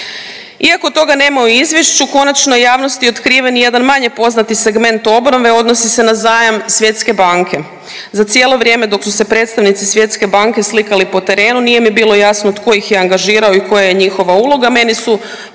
Iako toga nema u izvješću, konačno je javnosti otkriven i jedan manje poznati segment obnove, odnosi se na zajam Svjetske banke. Za cijelo vrijeme dok su se predstavnici Svjetske banke slikali po terenu, nije mi bilo jasno tko ih je angažirao i koja je njihova uloga.